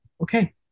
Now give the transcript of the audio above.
okay